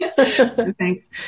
Thanks